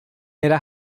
era